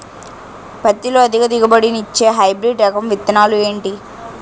పత్తి లో అధిక దిగుబడి నిచ్చే హైబ్రిడ్ రకం విత్తనాలు ఏంటి